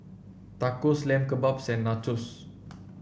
Tacos Lamb Kebabs and Nachos